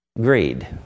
Greed